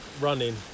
running